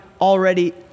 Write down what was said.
already